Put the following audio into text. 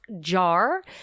jar